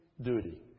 duty